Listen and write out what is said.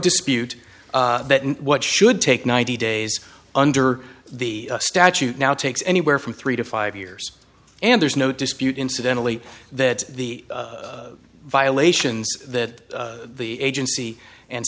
dispute what should take ninety days under the statute now takes anywhere from three to five years and there's no dispute incidentally that the violations that the agency and